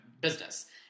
business